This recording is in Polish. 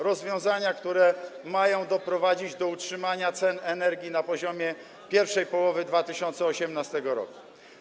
Rozwiązania, które mają doprowadzić do utrzymania cen energii na poziomie pierwszej połowy 2018 r.